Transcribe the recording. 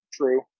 True